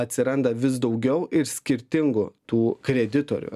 atsiranda vis daugiau ir skirtingų tų kreditorių